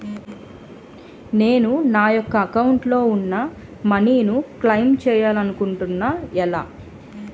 నేను నా యెక్క అకౌంట్ లో ఉన్న మనీ ను క్లైమ్ చేయాలనుకుంటున్నా ఎలా?